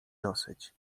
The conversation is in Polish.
dosyć